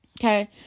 Okay